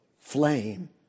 flame